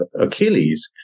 Achilles